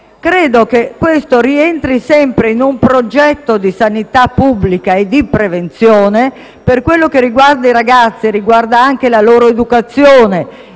Credo che ciò rientri sempre in un progetto di sanità pubblica e di prevenzione e, per quanto riguarda i ragazzi, investa anche la loro educazione,